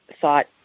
thought